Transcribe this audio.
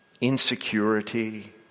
Insecurity